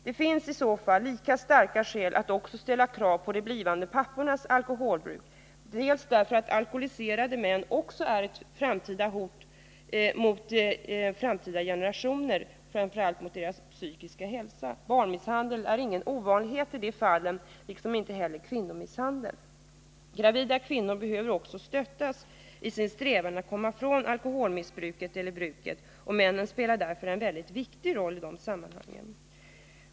Det finns i så fall lika starka skäl att också ställa krav på förbud mot de blivande pappornas alkoholbruk, bl.a. därför att alkoholiserade män också är ett hot mot framtida generationers psykiska hälsa. Barnmisshandel är ingen ovanlighet i de fallen liksom inte heller kvinnomisshandel. Gravida kvinnor behöver också stöttas i sin strävan att komma från alkoholbruk eller missbruk. Männen spelar därför en viktig roll i de sammanhangen.